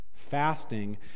fasting